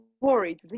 worried